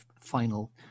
final